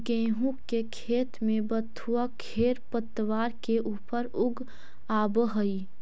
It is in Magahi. गेहूँ के खेत में बथुआ खेरपतवार के ऊपर उगआवऽ हई